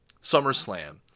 SummerSlam